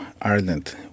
Ireland